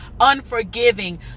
unforgiving